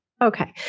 Okay